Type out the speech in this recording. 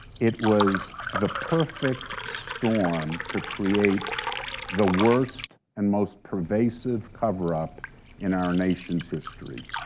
it was the perfect storm to create the worst and most pervasive cover-up in our nation's history.